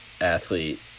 athlete